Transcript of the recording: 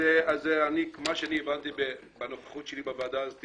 מה שאני הבנתי בנוכחותי בוועדה הוא